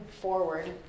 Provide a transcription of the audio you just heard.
forward